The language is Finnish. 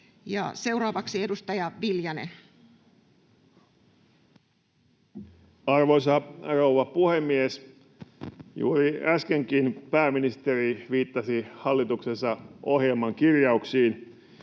Seuraavaksi edustaja Viljanen. Arvoisa rouva puhemies! Juuri äskenkin pääministeri viittasi hallituksensa ohjelman kirjauksiin,